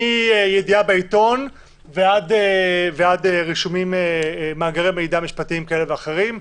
בעיתון ועד מאגרי מידע משפטיים כאלה ואחרים.